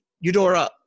eudora